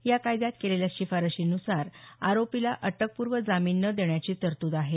या कायद्यात केलेल्या शिफारशींनुसार आरोपीला अटकपूर्व जामीन न देण्याची तरतूद आहे